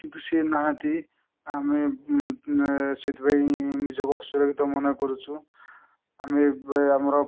କିନ୍ତୁ ସେ ନାହାନ୍ତି ଆମେ ସେଥିପାଇଁ ନିଜକୁ ଅସୁରକ୍ଷିତ ମନେ କରୁଛୁ ଆମେ ଆମର